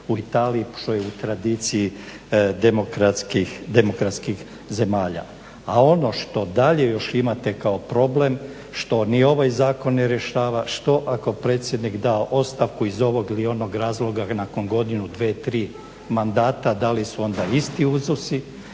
u Italiji što je u tradiciji demokratskih zemalja. A ono što dalje još imate kao problem, što ni ovaj zakon ne rješava, što ako predsjednik da ostavku iz ovog ili onog razloga nakon godinu, dvije, tri mandata, da li su onda isti uzusi.